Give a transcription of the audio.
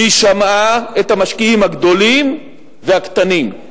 היא שמעה את המשקיעים הגדולים והקטנים,